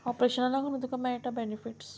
ऑपरेशना लागू तुका मेळटा बॅनिफिट्स